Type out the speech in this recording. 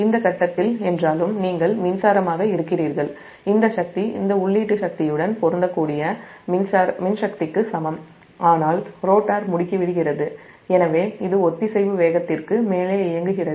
இந்த கட்டத்தில் நீங்கள் மின்சாரமாக இருக்கிறீர்கள் என்றாலும் இந்த சக்தி இந்த உள்ளீட்டு சக்தியுடன் பொருந்தக்கூடிய மின்சக்திக்கு சமம் ஆனால் ரோட்டார் முடுக்கி விடுகிறது எனவே இது ஒத்திசைவு வேகத்திற்கு மேலே இயங்குகிறது